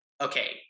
okay